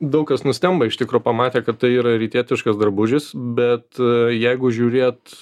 daug kas nustemba iš tikro pamatę kad tai yra rytietiškas drabužis bet jeigu žiūrėt